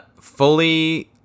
fully